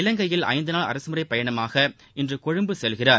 இலங்கையில் ஐந்து நாள் அரசுமுறைப் பயணமாக இன்று கொழும்பு செல்கிறார்